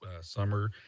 summer